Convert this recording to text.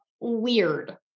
weird